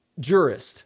Jurist